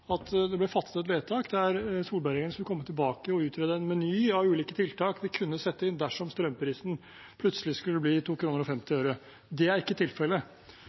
at det ble fattet et vedtak der Solberg-regjeringen skulle komme tilbake og utrede en meny av ulike tiltak vi kunne sette inn dersom strømprisen plutselig skulle bli 2,50 kr. Det er ikke tilfellet.